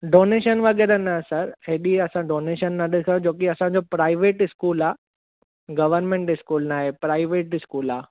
donation वग़ैरह न sir एॾी असां डोनेशन न ॾिसो छो की असांजो प्राईवेट स्कूल आहे गवर्नमेंट स्कूल न आहे प्राईवेट स्कूल आहे